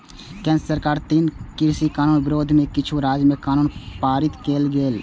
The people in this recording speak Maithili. केंद्र सरकारक तीनू कृषि कानून विरोध मे किछु राज्य मे कानून पारित कैल गेलै